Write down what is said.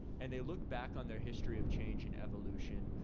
and they look back on their history of change and evolution,